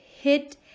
hit